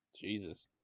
Jesus